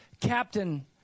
captain